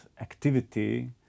activity